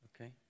Okay